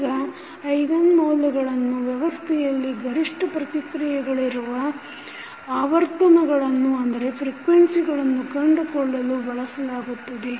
ಈಗ ಐಗನ್ ಮೌಲ್ಯಗಳನ್ನು ವ್ಯವಸ್ಥೆಯಲ್ಲಿ ಗರಿಷ್ಠ ಪ್ರತಿಕ್ರಿಯೆಗಳಿರುವ ಆವರ್ತನಗಳನ್ನು ಕಂಡುಕೊಳ್ಳಲು ಬಳಸಲಾಗುತ್ತದೆ